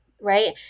right